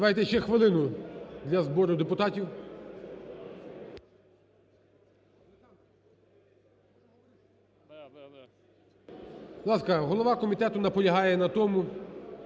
Давайте ще хвилину для збору депутатів. Будь ласка, голова комітету наполягає на тому,